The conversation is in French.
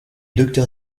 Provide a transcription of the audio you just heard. docteur